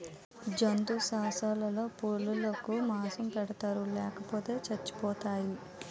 జంతుశాలలో పులులకు మాంసం పెడతారు లేపోతే సచ్చిపోతాయి